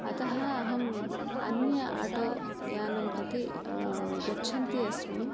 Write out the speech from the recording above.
अतः अहम् अन्य आटो यानं प्रति गच्छती अस्मि